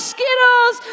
Skittles